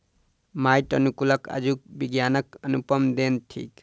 माइट अनुकूलक आजुक विज्ञानक अनुपम देन थिक